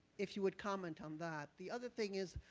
if you would comment on that. the other thing is,